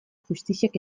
justiziak